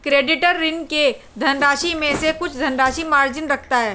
creditor, ऋणी के धनराशि में से कुछ धनराशि मार्जिन रखता है